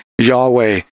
Yahweh